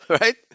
right